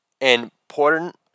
important